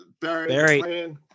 Barry